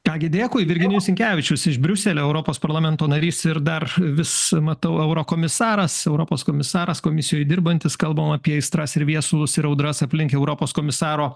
ką gi dėkui virginijus sinkevičius iš briuselio europos parlamento narys ir dar vis matau eurokomisaras europos komisaras komisijoj dirbantis kalbam apie aistras ir viesulus ir audras aplink europos komisaro